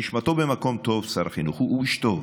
נשמתו במקום טוב, שר החינוך, הוא איש טוב,